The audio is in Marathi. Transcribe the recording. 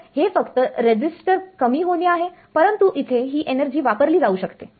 तर हे फक्त रेझिस्टर कमी होणे आहे परंतु इथे ही एनर्जी वापरली जाऊ शकते